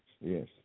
Yes